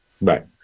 right